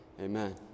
Amen